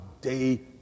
day